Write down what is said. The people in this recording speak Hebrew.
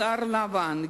בשיער לבן,